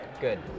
good